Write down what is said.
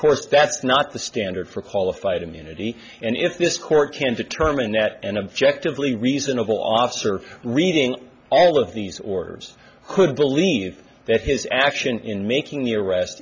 course that's not the standard for qualified immunity and if this court can determine that and objective lee reasonable officer reading all of these orders could believe that his action in making the arrest